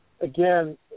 Again